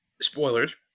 Spoilers